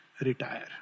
retire